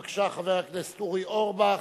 בבקשה, חבר הכנסת אורי אורבך.